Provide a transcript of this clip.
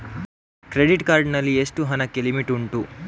Credit card ನಲ್ಲಿ ಎಷ್ಟು ಹಣಕ್ಕೆ ಲಿಮಿಟ್ ಉಂಟು?